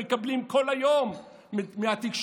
מקבלים כל היום מהתקשורת,